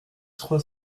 trois